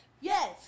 Yes